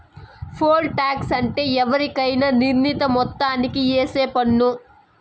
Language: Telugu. పోల్ టాక్స్ అంటే ఎవరికైనా నిర్ణీత మొత్తానికి ఏసే పన్ను